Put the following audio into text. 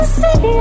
see